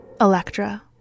Electra